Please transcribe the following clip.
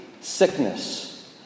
sickness